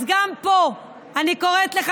אז גם פה אני קוראת לך,